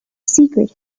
secret